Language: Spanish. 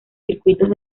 circuitos